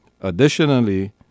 Additionally